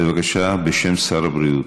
בבקשה, בשם שר הבריאות.